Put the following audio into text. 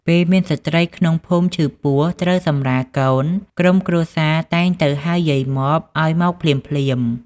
ពេលមានស្ត្រីក្នុងភូមិឈឺពោះត្រូវសម្រាលកូន ក្រុមគ្រួសារតែងទៅហៅយាយម៉បឱ្យមកភ្លាមៗ។